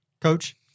Coach